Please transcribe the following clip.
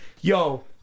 Yo